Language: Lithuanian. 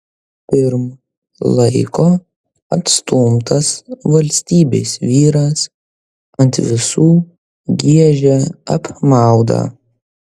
pirm laiko atstumtas valstybės vyras ant visų giežia apmaudą